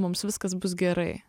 mums viskas bus gerai